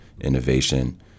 innovation